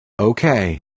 Okay